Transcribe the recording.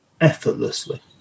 effortlessly